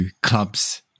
clubs